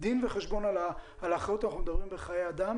דין וחשבון על האחריות בחיי אדם